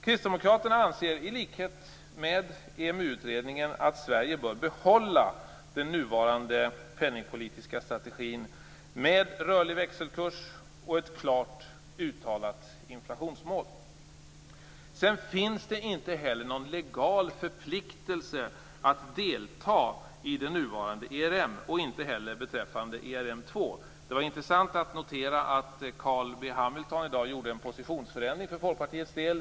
Kristdemokraterna anser i likhet med EMU-utredningen att Sverige bör behålla den nuvarande penningpolitiska strategin med rörlig växelkurs och ett klart uttalat inflationsmål. Det finns inte heller någon legal förpliktelse att delta i det nuvarande ERM och inte heller i ERM 2. Det var intressant att notera att Carl B Hamilton i dag gjorde en positionsförändring för Folkpartiets del.